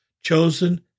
chosen